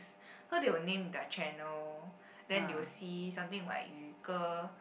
so they will name their channel then they will see something like 余个